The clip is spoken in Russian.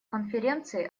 конференции